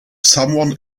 someone